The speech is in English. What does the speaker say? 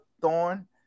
thorn